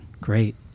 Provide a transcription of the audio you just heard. great